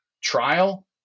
trial